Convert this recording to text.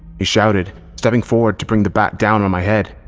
he shouted, stepping forward to bring the bat down on my head.